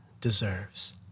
deserves